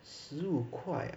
十五块 ah